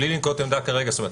בלי לנקוט עמדה כרגע זאת אומרת,